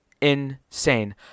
insane